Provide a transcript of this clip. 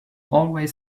always